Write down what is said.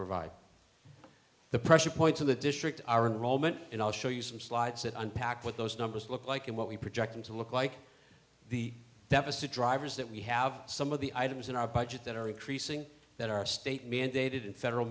provide the pressure points of the district are in roman and i'll show you some slides that unpack with those numbers look like and what we projected to look like the deficit drivers that we have some of the items in our budget that are increasing that are state mandated in federal